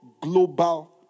global